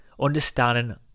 understanding